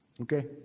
Okay